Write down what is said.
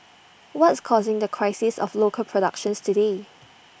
what's causing the crisis of local productions today